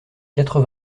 quatre